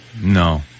No